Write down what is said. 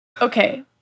Okay